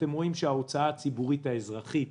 אתם רואים שההוצאה הציבורית האזרחית